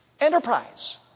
enterprise